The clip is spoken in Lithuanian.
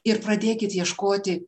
ir pradėkit ieškoti